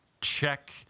check